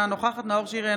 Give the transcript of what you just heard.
אינה נוכחת נאור שירי,